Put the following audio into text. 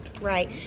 Right